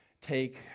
take